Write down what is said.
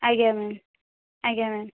ଆଜ୍ଞା ମ୍ୟାମ୍ ଆଜ୍ଞା ମ୍ୟାମ୍